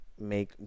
make